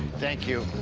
thank you.